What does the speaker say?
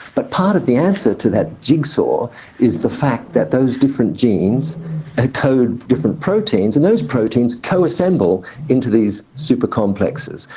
but part of the answer to that jigsaw is the fact that those different genes encode different proteins and those proteins co-assemble into these super complexes.